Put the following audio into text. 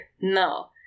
No